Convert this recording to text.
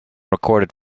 recorded